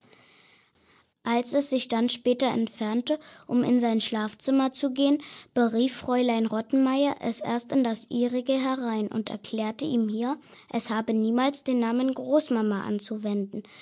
als es sich dann später entfernte um in sein schlafzimmer zu gehen berief fräulein rottenmeier es erst in das ihrige herein und erklärte ihm hier es habe niemals den namen großmama anzuwenden